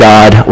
God